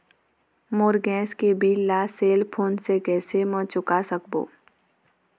मोर gas के bill ला cell phone से कैसे म चुका सकबो?